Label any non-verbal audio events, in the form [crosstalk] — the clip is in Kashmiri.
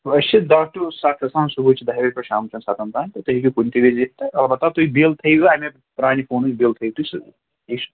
أسۍ چھِ دَہ ٹُہ سَتھ آسان صُبحٕچہِ دَہہِ بَجہِ پٮ۪ٹھ شامچَن سَتَن تام تہٕ تُہۍ ہیٚکِو کُنہِ تہِ وِزِ یِتھ تہٕ البتہ تُہۍ بِل تھٲیو اَمہِ پرٛانہِ فونٕچ بِل تھٲیِو تُہۍ [unintelligible]